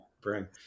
bring